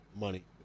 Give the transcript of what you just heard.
Money